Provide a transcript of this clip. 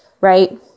right